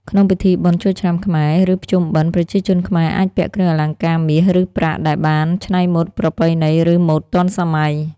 ក្នុងពិធីបុណ្យចូលឆ្នាំខ្មែរឬភ្ជុំបិណ្ឌ ប្រជាជនខ្មែរអាចពាក់គ្រឿងអលង្ការមាស ឬ ប្រាក់ដែលបាន ច្នៃម៉ូដប្រពៃណី ឬ ម៉ូដទាន់សម័យ។